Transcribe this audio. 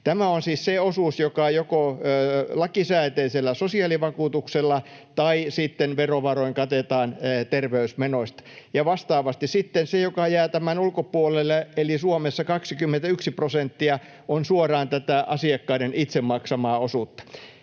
Tämä on siis se osuus, joka joko lakisääteisellä sosiaalivakuutuksella tai sitten verovaroin katetaan terveysmenoista, ja vastaavasti se, mikä jää tämän ulkopuolelle, eli Suomessa 21 prosenttia, on suoraan tätä asiakkaiden itse maksamaa osuutta.